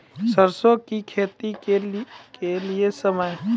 सरसों की खेती के लिए समय?